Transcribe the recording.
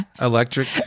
Electric